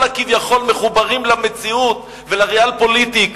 הכביכול מחוברים למציאות והריאל-פוליטיק,